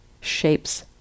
shapes